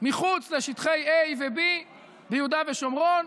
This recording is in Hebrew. מחוץ לשטחי A ו-B ביהודה ושומרון,